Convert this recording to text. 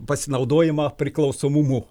pasinaudojimą priklausomumu